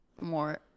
more